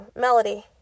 Melody